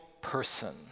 person